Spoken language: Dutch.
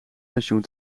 pensioen